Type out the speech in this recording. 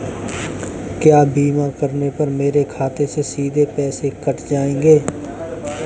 क्या बीमा करने पर मेरे खाते से सीधे पैसे कट जाएंगे?